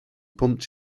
pumped